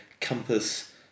compass